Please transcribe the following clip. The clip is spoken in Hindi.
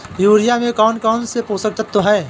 यूरिया में कौन कौन से पोषक तत्व है?